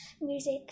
music